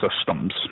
systems